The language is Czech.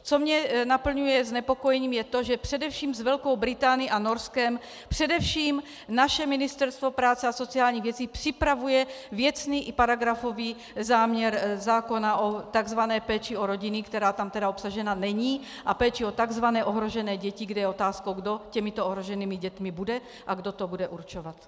Co mě naplňuje znepokojením, je to, že především s Velkou Británií a Norskem především naše Ministerstvo práce a sociálních věcí připravuje věcný i paragrafový záměr zákona o takzvané péči o rodiny, která tam tedy obsažena není, a péči o takzvané ohrožené děti, kde je otázkou, kdo těmito ohroženými dětmi bude a kdo to bude určovat.